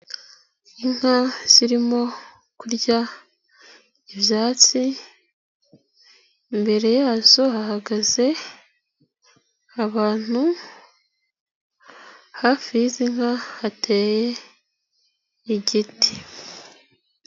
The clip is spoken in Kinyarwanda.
Inka zirimo kurya ibyatsi, imbere yazo hahagaze abantu, hafi y'izi nka hateye igiti.